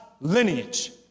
lineage